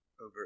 over